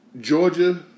Georgia